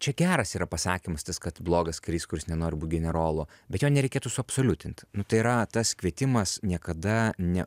čia geras yra pasakymas tas kad blogas karys kuris nenori būt generolu bet jo nereikėtų suabsoliutint nu tai yra tas kvietimas niekada ne